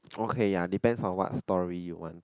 okay ya depends on what story you want to